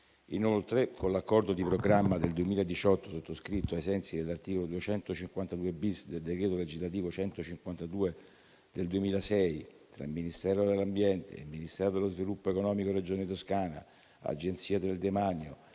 Inoltre, con l'accordo di programma del 2018, sottoscritto, ai sensi dell'articolo 252-*bis* del decreto legislativo n. 152 del 2006, tra il Ministero dell'ambiente, il Ministero dello sviluppo economico, la Regione Toscana, l'Agenzia del demanio,